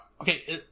okay